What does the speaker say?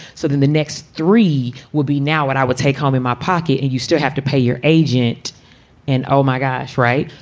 so then the next three will be now and i would take home in my pocket. and you still have to pay your agent and. oh, my gosh. right.